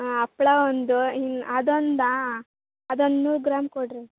ಹಾಂ ಹಪ್ಪಳ ಒಂದು ಇನ್ ಅದೊಂದಾ ಅದೊಂದು ನೂರು ಗ್ರಾಂ ಕೊಡಿರಿ